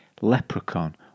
Leprechaun